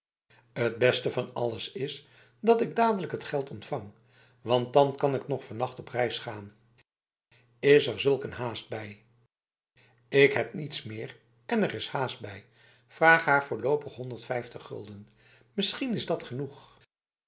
het beste van alles is dat ik dadelijk t geld ontvang want dan kan ik nog vannacht op reis gaan is er zulk een haast bij ik heb niets meer en er is haast bij vraag haar voorlopig honderdvijftig gulden misschien is dat genoegl